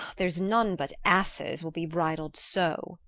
there's none but asses will be bridled so.